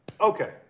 Okay